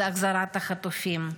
זה החזרת החטופים,